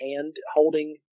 hand-holding